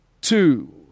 two